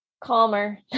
Calmer